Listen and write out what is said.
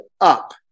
up